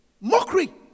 Mockery